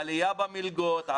העלייה במלגות,